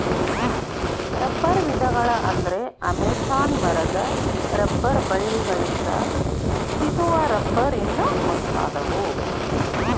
ರಬ್ಬರ ವಿಧಗಳ ಅಂದ್ರ ಅಮೇಜಾನ ಮರದ ರಬ್ಬರ ಬಳ್ಳಿ ಗಳಿಂದ ಸಿಗು ರಬ್ಬರ್ ಇನ್ನು ಮುಂತಾದವು